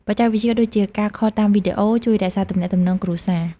បច្ចេកវិទ្យាដូចជា ការខលតាមវីដេអូ ជួយរក្សាទំនាក់ទំនងគ្រួសារ។